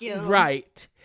right